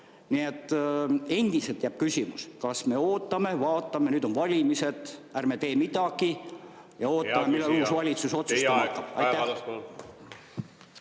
Nii et endiselt jääb küsimus, kas me ootame-vaatame. Nüüd on valimised, ärme tee midagi ja ootame, millal uus valitsus otsustama